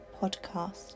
podcast